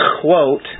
quote